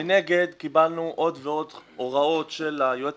ומנגד קיבלנו עוד ועוד הוראות של היועץ